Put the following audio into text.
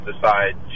decide